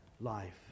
life